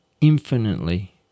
infinitely